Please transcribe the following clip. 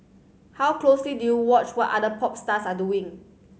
how closely do you watch what other pop stars are doing